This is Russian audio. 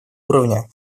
уровне